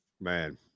Man